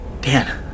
Dan